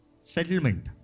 settlement